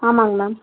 ஆமாம்ங்க மேம்